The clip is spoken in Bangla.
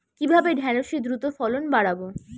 কিভাবে ঢেঁড়সের দ্রুত ফলন বাড়াব?